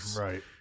right